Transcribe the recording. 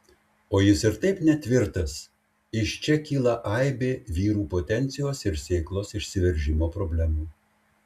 o jis ir taip netvirtas iš čia kyla aibė vyrų potencijos ir sėklos išsiveržimo problemų